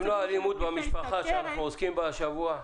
למנוע אלימות במשפחה שבה אנחנו עוסקים השבוע.